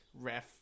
ref